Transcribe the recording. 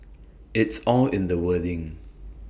it's all in the wording